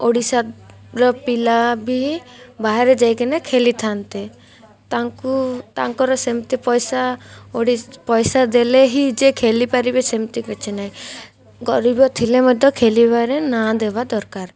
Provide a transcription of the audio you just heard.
ଓଡ଼ିଶାର ପିଲାବି ବାହାରେ ଯାଇକିନା ଖେଳିଥାନ୍ତି ତାଙ୍କୁ ତାଙ୍କର ସେମିତି ପଇସା ପଇସା ଦେଲେ ହିଁ ଯେ ଖେଳିପାରିବେ ସେମିତି କିଛି ନାହିଁ ଗରିବ ଥିଲେ ମଧ୍ୟ ଖେଳିବାରେ ନାଁ ଦେବା ଦରକାର